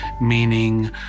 meaning